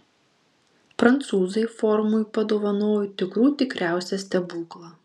prancūzai forumui padovanojo tikrų tikriausią stebuklą